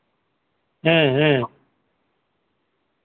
ᱦᱮᱸ ᱦᱮᱸ